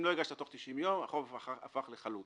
אם לא הגשת תוך 90 יום החוב הפך לחלוט,